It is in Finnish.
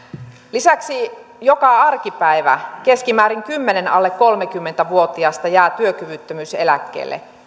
lisäksi joka arkipäivä keskimäärin kymmenen alle kolmekymmentä vuotiasta jää työkyvyttömyyseläkkeelle